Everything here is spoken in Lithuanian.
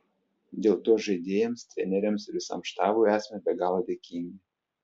dėl to žaidėjams treneriams ir visam štabui esame be galo dėkingi